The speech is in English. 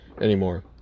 anymore